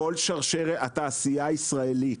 כל התעשייה הישראלית,